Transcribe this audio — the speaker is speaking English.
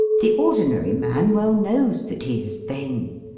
the ordinary man well knows that he is vain.